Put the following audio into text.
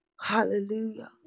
Hallelujah